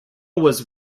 was